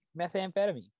methamphetamine